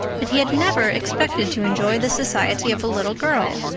but he had never expected to enjoy the society of a little girl.